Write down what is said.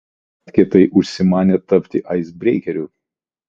bratkė tai užsimanė tapti aisbreikeriu